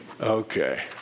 Okay